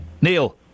Neil